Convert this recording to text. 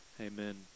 Amen